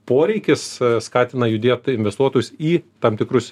poreikis skatina judėt investuotus į tam tikrus